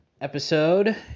episode